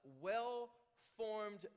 well-formed